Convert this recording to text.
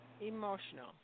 emotional